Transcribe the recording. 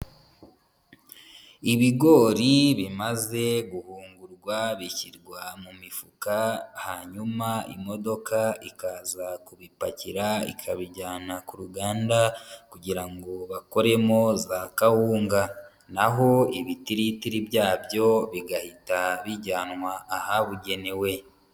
Ibigori bimaze guhungurwa bishyirwa mu mifuka, hanyuma imodoka ikaza kubipakira, ikabijyana ku ruganda, kugira ngo bakoremo za kawunga. Naho ibitiritiri byabyo bigahita bijyanwa ahabugenewe.